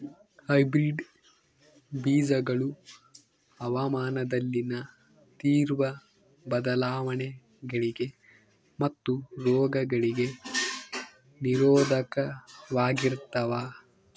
hybrid ಬೇಜಗಳು ಹವಾಮಾನದಲ್ಲಿನ ತೇವ್ರ ಬದಲಾವಣೆಗಳಿಗೆ ಮತ್ತು ರೋಗಗಳಿಗೆ ನಿರೋಧಕವಾಗಿರ್ತವ